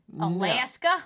Alaska